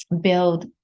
build